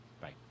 bye